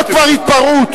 זאת כבר התפרעות.